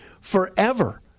forever